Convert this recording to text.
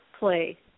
Play